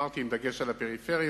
עם דגש בפריפריות